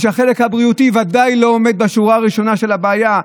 ושהחלק הבריאותי ודאי לא עומד בשורה הראשונה של הבעיה.